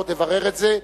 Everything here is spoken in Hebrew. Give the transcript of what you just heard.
עוד אברר את זה,